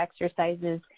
exercises